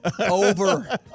Over